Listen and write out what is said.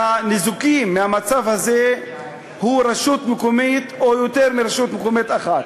והניזוקות מהמצב הזה הן רשות מקומית או יותר מרשות מקומית אחת.